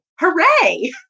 hooray